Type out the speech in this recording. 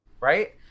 right